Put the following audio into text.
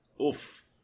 oof